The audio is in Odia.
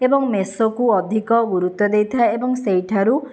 ଏବଂ ମିସୋକୁ ଅଧିକ ଗୁରୁତ୍ୱ ଦେଇଥାଏ ଏବଂ ସେହିଠାରୁ